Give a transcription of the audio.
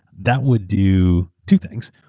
that would do two things.